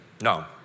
No